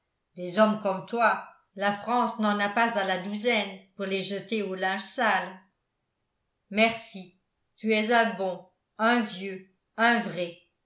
des hommes comme toi la france n'en a pas à la douzaine pour les jeter au linge sale merci tu es un bon un vieux un vrai